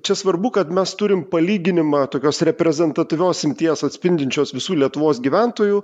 čia svarbu kad mes turim palyginimą tokios reprezentatyvios imties atspindinčios visų lietuvos gyventojų